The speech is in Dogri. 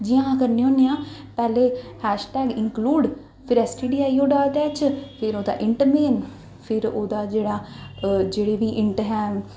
जि'यां अस करने होन्ने आं पैह्ले हैश टैग इंक्लूड़ फिर S T D I H फिर ओह्दा इंटर नेम फिर ओह्दा जेह्ड़ा जेह्ड़ी बी हिंट ऐ